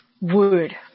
word